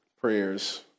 prayers